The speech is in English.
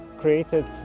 created